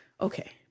Okay